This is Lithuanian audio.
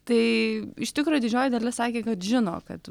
taai iš tikro didžioji dalis sakė kad žino kad